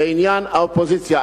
בעניין האופוזיציה.